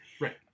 Right